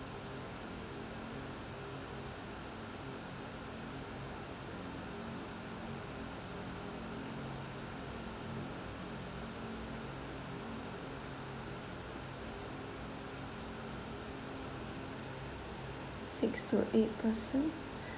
six to eight person